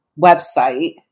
website